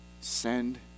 send